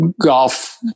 golf